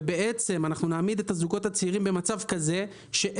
ולמעשה נעמיד את הזוגות הצעירים במצב שהם